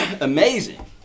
amazing